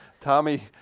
Tommy